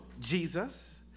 Jesus